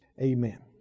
amen